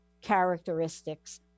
characteristics